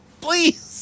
Please